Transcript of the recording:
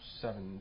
seven